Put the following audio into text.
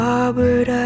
Robert